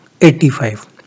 85